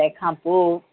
तंहिंखां पोइ